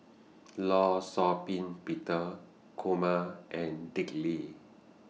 law Shau Ping Peter Kumar and Dick Lee